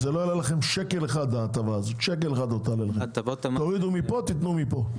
וזה לא יעלה לכם שקל אחד; תורידו מפה ותתנו מפה.